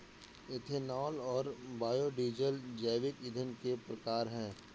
ethanol और biodiesel जैविक ईंधन के प्रकार है